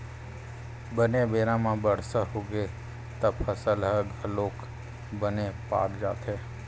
बने बेरा म बरसा होगे त फसल ह घलोक बने पाक जाथे